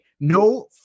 No